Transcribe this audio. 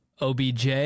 OBJ